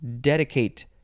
dedicate